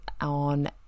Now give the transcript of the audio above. on